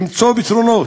למצוא פתרונות,